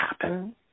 happen